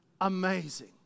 amazing